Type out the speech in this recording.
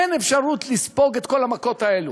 אין אפשרות לספוג את כל המכות האלה,